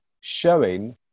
showing